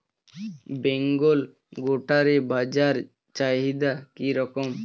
বেঙ্গল গোটারি বাজার চাহিদা কি রকম?